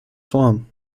form